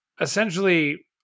essentially